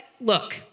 look